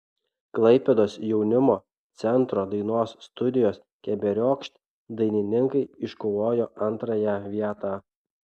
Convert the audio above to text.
klaipėdos jaunimo centro dainos studijos keberiokšt dainininkai iškovojo antrąją vietą